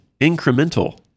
Incremental